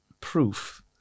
proof